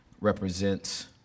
represents